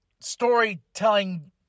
storytelling